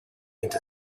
into